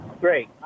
Great